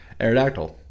Aerodactyl